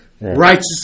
Righteous